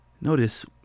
Notice